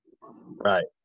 right